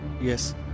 Yes